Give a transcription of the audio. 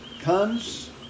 comes